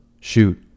Shoot